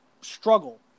struggle